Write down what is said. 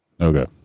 Okay